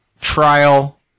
trial